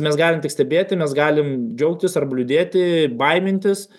mes galim tik stebėti mes galim džiaugtis arba liūdėti baimintis